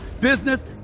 business